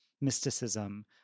mysticism